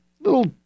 Little